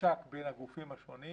בממשק בין הגופים השונים.